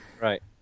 right